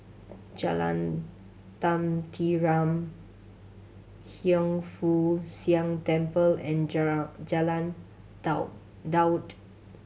Jalan Tenteram Hiang Foo Siang Temple and Jalan Daud